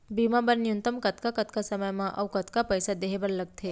बीमा बर न्यूनतम कतका कतका समय मा अऊ कतका पइसा देहे बर लगथे